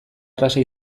erraza